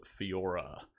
fiora